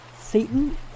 Satan